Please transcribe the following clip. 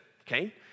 okay